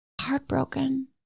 heartbroken